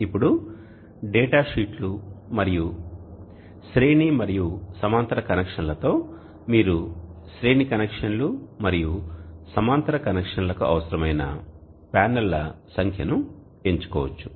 ఇప్పుడు డేటా షీట్లు మరియు శ్రేణి మరియు సమాంతర కనెక్షన్లతో మీరు శ్రేణి కనెక్షన్లు మరియు సమాంతర కనెక్షన్లకు అవసరమైన ప్యానెల్ల సంఖ్యను ఎంచుకోవచ్చు